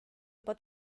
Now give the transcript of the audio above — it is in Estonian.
juba